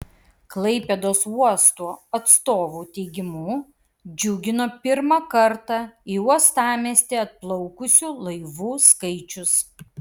klaipėdos uosto atstovų teigimu džiugino pirmą kartą į uostamiestį atplaukusių laivų skaičius